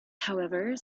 however